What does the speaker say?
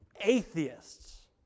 atheists